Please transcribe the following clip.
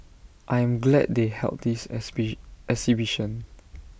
I am glad they held this exhibition